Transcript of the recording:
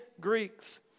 Greeks